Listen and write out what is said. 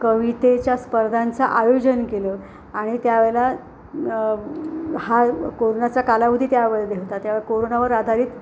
कवितेच्या स्पर्धांचा आयोजन केलं आणि त्यावेळेला हा कोरोनाचा कालावधी त्यावेळेला होता तर त्यावेळे कोरोनावर आधारित